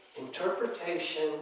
interpretation